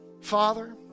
Father